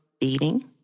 beating